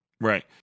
Right